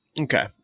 Okay